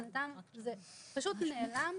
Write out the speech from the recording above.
הוא פשוט נעלם